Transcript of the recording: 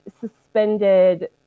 suspended